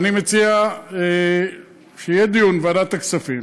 אני מציע שיהיה דיון בוועדת הכספים